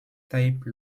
type